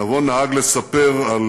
נבון נהג לספר על